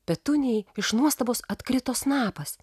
petunijai iš nuostabos atkrito snapas